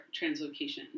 translocation